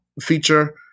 feature